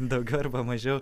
daugiau arba mažiau